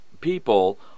people